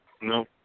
No